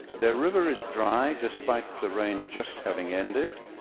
their river is dry despite the rain just having ended,